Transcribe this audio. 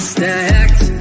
stacked